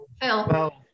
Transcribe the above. phil